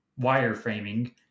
wireframing